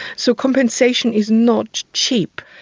so compensation is not cheap.